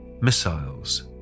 Missiles